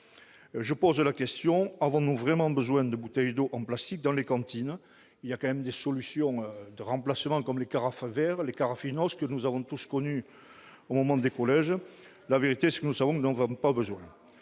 Je pose la question : avons-nous vraiment besoin de bouteilles d'eau en plastique dans les cantines ? Il existe tout de même des solutions de remplacement, comme les carafes en verre ou en inox, que nous avons tous connues lorsque nous étions au collège. La vérité, c'est que nous savons que nous n'en avons pas besoin.